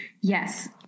Yes